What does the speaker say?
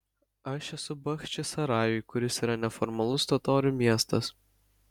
aš esu bachčisarajuj kuris yra neformalus totorių miestas